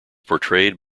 portrayed